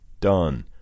Done